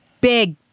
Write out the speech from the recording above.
big